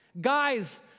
Guys